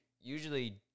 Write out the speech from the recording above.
usually